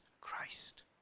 Christ